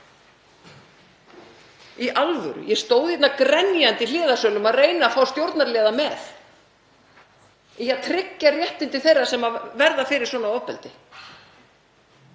Í alvöru, ég stóð hérna grenjandi í hliðarsölum að reyna að fá stjórnarliða með í að tryggja réttindi þeirra sem verða fyrir svona ofbeldi.